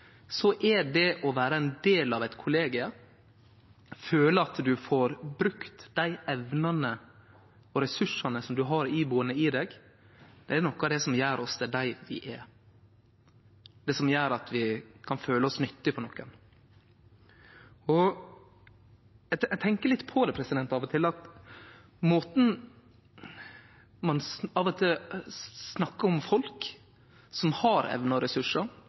er det å vere ein del av eit kollegium, å føle at ein får brukt dei evnene og ressursane ein har ibuande i seg, noko av det som gjer oss til dei vi er, det som gjer at vi kan føle oss nyttige for nokon. Eg tenkjer litt på det av og til, at måten vi snakkar om folk som har evner og ressursar på, der ein av og til snakkar om det som